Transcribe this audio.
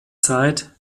zeit